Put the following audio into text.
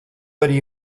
arī